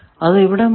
അത് ഇവിടെ മാറി